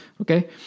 Okay